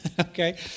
okay